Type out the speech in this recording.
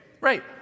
Right